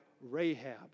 Rahab